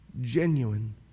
genuine